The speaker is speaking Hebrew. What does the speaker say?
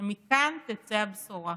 שמכאן תצא הבשורה.